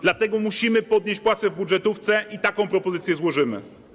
Dlatego musimy podnieść płace w budżetówce i taką propozycję złożymy.